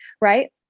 right